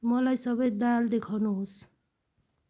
मलाई सबै दाल देखाउनुहोस्